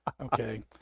Okay